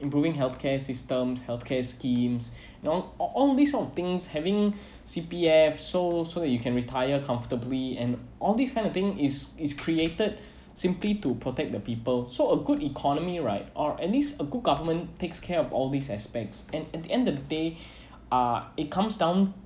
improving healthcare systems healthcare schemes you know all these sort of things having C_P_F so so you can retire comfortably and all these kind of thing is is created simply to protect the people so a good economy right or at least a good government takes care of all these aspects and at the end of the day uh it comes down